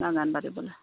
বাগান পাতিবলৈ